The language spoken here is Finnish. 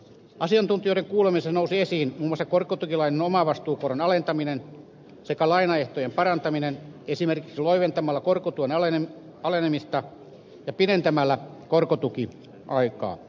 asiantuntijoiden kuulemisessa nousi esiin muun muassa korkotukilainojen omavastuukoron alentaminen sekä lainaehtojen parantaminen esimerkiksi loiventamalla korkotuen alenemista ja pidentämällä korkotukiaikaa